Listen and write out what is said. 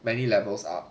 many levels ah